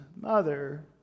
mother